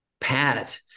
Pat